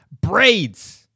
braids